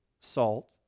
salt